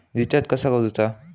Recharge कसा करूचा?